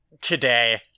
today